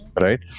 Right